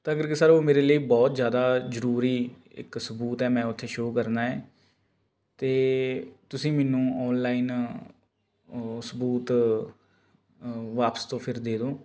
ਤਾਂ ਕਰਕੇ ਸਰ ਉਹ ਮੇਰੇ ਲਈ ਬਹੁਤ ਜ਼ਿਆਦਾ ਜ਼ਰੂਰੀ ਇੱਕ ਸਬੂਤ ਹੈ ਮੈਂ ਉੱਥੇ ਸ਼ੋ ਕਰਨਾ ਹੈ ਅਤੇ ਤੁਸੀਂ ਮੈਨੂੰ ਆਨਲਾਈਨ ਸਬੂਤ ਵਾਪਿਸ ਤੋਂ ਫਿਰ ਦੇ ਦੋ